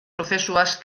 prozesuaz